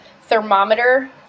thermometer